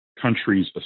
countries